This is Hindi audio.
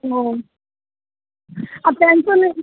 वो आप टेंसन नहीं